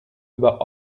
über